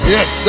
Yes